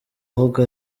avuga